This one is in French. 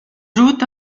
jouent